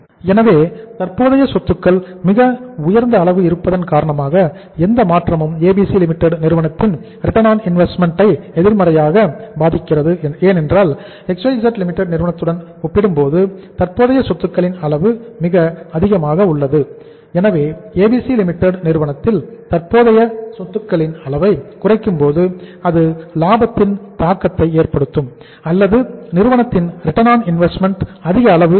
எனவே தற்போதைய சொத்துக்கள் மிக உயர்ந்த அளவு இருப்பதன் காரணமாக எந்த மாற்றமும் ABC Limited நிறுவனத்தின் ரிட்டர்ன் ஆன் இன்வெஸ்ட்மெண்ட் அதிக அளவு இருக்கும்